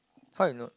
how you know